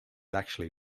actually